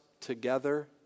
together